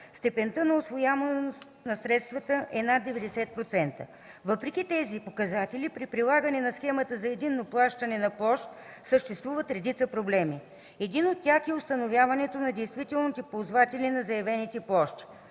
степента на усвояемост на средствата по нея е над 90%. Въпреки тези показатели, при прилагане на Схемата за единно плащане на площ съществуват редица проблеми. Един от тях е установяването на действителните ползватели на заявените площи.